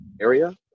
area